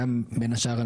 בין השאר,